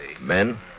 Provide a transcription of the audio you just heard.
Men